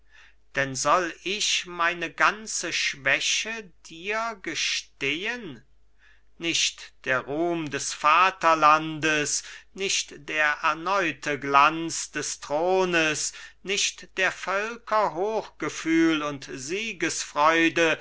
denn soll ich meine ganze schwäche dir gestehen nicht der ruhm des vaterlandes nicht der erneute glanz des thrones nicht der völker hochgefühl und